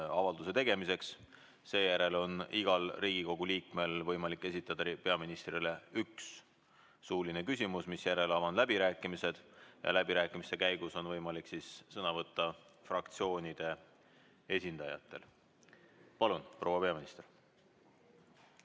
minutit ja seejärel on igal Riigikogu liikmel võimalik esitada peaministrile üks suuline küsimus, misjärel avan läbirääkimised. Läbirääkimiste käigus on võimalik sõna võtta fraktsioonide esindajatel. Palun, proua peaminister!